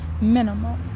minimal